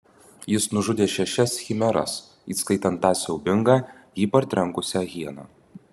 jis nužudė šešias chimeras įskaitant tą siaubingą jį partrenkusią hieną